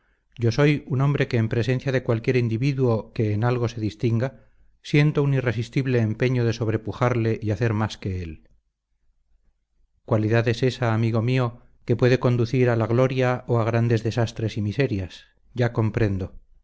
yo soy un hombre que en presencia de cualquier individuo que en algo se distinga siento un irresistible empeño de sobrepujarle y hacer más que él cualidad es ésa amigo mío que puede conducir a la gloria o a grandes desastres y miserias ya comprendo